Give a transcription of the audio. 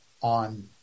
on